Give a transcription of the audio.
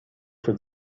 for